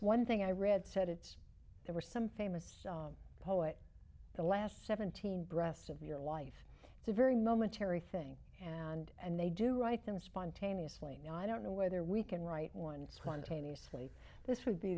one thing i read said it's there were some famous poet the last seventeen breasts of your life it's a very momentary thing and and they do write them spontaneously now i don't know whether we can write once one tiny slate this would be